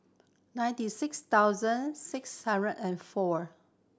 ninety six thousand six hundred and four